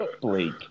Blake